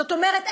זאת אומרת,